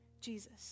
Jesus